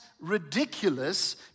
ridiculous